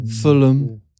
Fulham